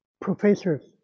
professors